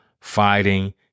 fighting